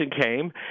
came